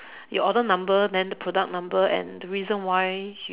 your order number then the product number and the reason why you